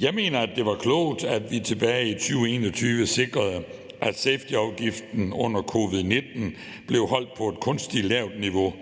Jeg mener, at det var klogt, at vi tilbage i 2021 sikrede, at safetyafgiften under covid-19 blev holdt på et kunstigt lavt niveau,